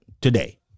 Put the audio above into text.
today